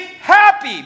happy